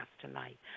tonight